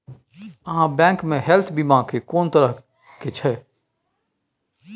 आहाँ बैंक मे हेल्थ बीमा के कोन तरह के छै?